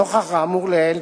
נוכח האמור לעיל,